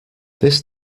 this